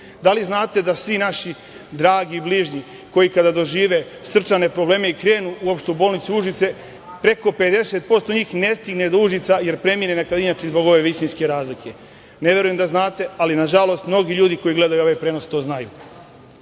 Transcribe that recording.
Da li znate da svi naši dragi bližnji koji kada dožive srčane probleme i kada krenu u opštu bolnicu Užice, preko 50% njih ne stigne do Užica jer premine na Kadinjači, zbog ove visinske razlike? Ne verujem da znate, ali nažalost mnogi ljudi koji gledaju ovaj prenos to znaju. Da